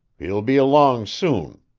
he'll be along soon.